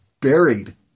buried